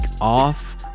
off